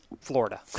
florida